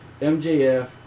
MJF